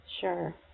sure